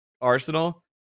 Arsenal